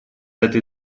этой